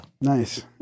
Nice